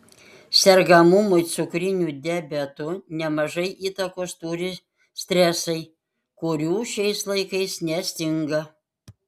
sergamumui cukriniu diabetu nemažai įtakos turi stresai kurių šiais laikais nestinga